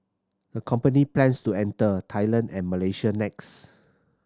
the company plans to enter Thailand and Malaysia next